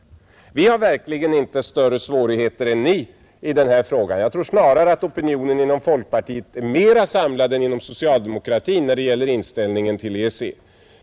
Vi har verkligen inte större svårigheter än ni i denna fråga. Jag tror snarare att inom folkpartiet opinionen är mera samlad än inom socialdemokratin när det gäller inställningen till EEC.